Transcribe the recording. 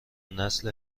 نسل